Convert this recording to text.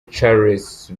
charles